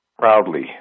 proudly